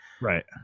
right